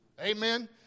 Amen